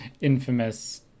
infamous